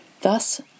Thus